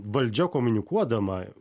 valdžia komunikuodama